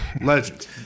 legend